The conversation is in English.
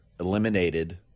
eliminated